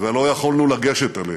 ולא יכולנו לגשת אליהם.